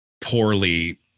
poorly